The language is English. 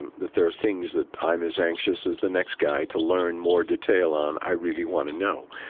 and that there are things that i'm as anxious as the next guy to learn more detail on, i really want to know.